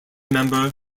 member